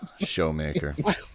Showmaker